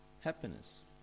happiness